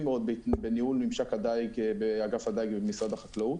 מאוד בניהול ממשק הדייג באגף הדייג ובמשרד החקלאות,